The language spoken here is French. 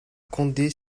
condé